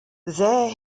there